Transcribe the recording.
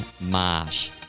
Marsh